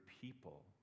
people